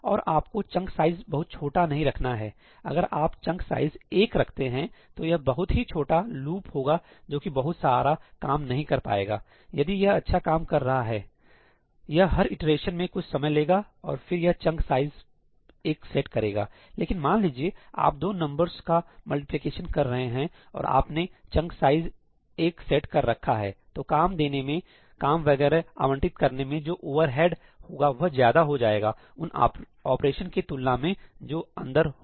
और आपको chunk size बहुत छोटा नहीं रखना है अगर आप चंक साइज 1 रखते हैं तो यह बहुत ही छोटा लूप होगा जो कि बहुत सारा काम नहीं कर पाएगा यदि यह अच्छा काम कर रहा है यह हर इटरेशन में कुछ समय लेगा और फिर यह चंक साइज एक सेट करेगा लेकिन मान लीजिए आप दो नंबरस का मल्टीप्लिकेशन कर रहे हैं और आपने चंक साइज एक सेट कर रखा है तो काम देने मे काम वगैरह आवंटित करने में जो ओवरहेड होगा वह ज्यादा हो जाएगा उन ऑपरेशन के तुलना में जो अंदर हो रहे हैं